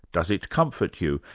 does it comfort you?